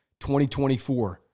2024